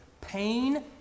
pain